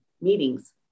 meetings